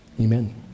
amen